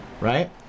right